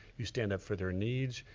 you stand up for their needs,